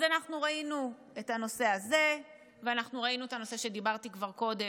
אז אנחנו ראינו את הנושא הזה ואנחנו ראינו את הנושא שדיברתי כבר קודם,